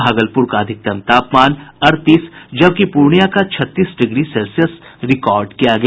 भागलपुर का अधिकतम तापमान अड़तीस जबकि पूर्णियां का छत्तीस डिग्री सेल्सियस रिकॉर्ड किया गया